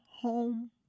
home